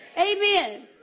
Amen